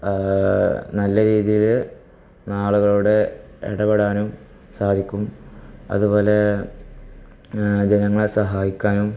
നല്ല രീതിയില് ആളുകളോട് ഇടപെടാനും സാധിക്കും അതുപോലേ ജനങ്ങളെ സഹായിക്കാനും